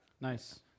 Nice